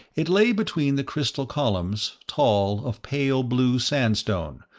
it lay between the crystal columns, tall, of pale blue sandstone,